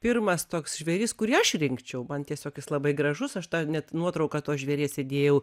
pirmas toks žvėris kurį aš rinkčiau man tiesiog jis labai gražus aš tą net nuotrauką to žvėries įdėjau